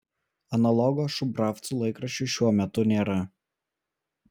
analogo šubravcų laikraščiui šiuo metu nėra